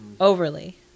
Overly